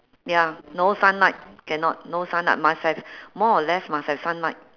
ya no sunlight cannot no sunlight must have more or less must have sunlight